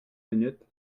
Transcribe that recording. minutes